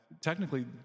technically